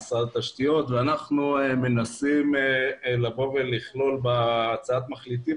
למשרד התשתיות - ואנחנו מנסים לכלול בהצעת המחליטים